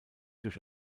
durch